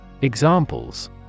Examples